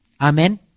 Amen